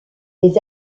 des